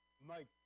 Mike